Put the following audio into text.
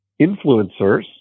influencers